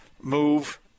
move